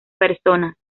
personas